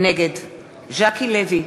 נגד ז'קי לוי,